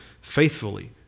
faithfully